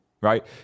right